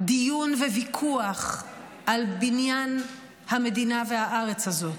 דיון וויכוח על בניין המדינה והארץ הזאת.